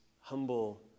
humble